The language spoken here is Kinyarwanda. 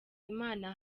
imana